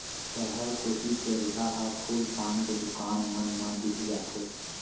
सहर कोती चरिहा ह फूल पान के दुकान मन मा दिख जाथे